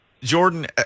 Jordan